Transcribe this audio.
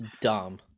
dumb